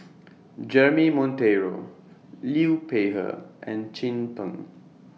Jeremy Monteiro Liu Peihe and Chin Peng